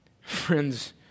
Friends